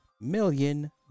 million